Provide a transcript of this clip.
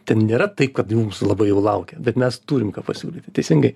ten nėra taip kad mūsų labai jau laukia bet mes turim ką pasiūlyti teisingai